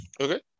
Okay